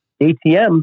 ATM